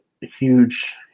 huge